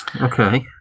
Okay